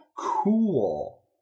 cool